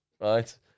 right